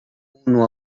uno